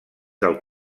del